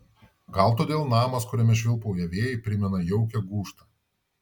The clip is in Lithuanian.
gal todėl namas kuriame švilpauja vėjai primena jaukią gūžtą